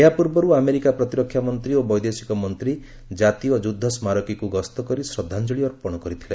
ଏହା ପୂର୍ବରୁ ଆମେରିକା ପ୍ରତିରକ୍ଷାମନ୍ତ୍ରୀ ଓ ବୈଦେଶିକ ମନ୍ତ୍ରୀ ଜାତୀୟ ଯୁଦ୍ଧ ସ୍ମାରକୀକୁ ଗସ୍ତ କରି ଶ୍ରଦ୍ଧାଞ୍ଚଳି ଅର୍ପଣ କରିଥିଲେ